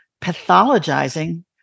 pathologizing